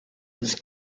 its